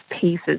pieces